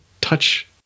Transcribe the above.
touch